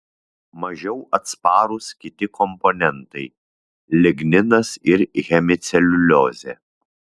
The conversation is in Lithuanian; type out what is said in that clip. mažiau atsparūs kiti komponentai ligninas ir hemiceliuliozė